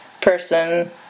person